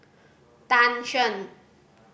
Tan Shen